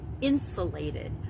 insulated